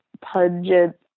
pungent